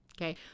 okay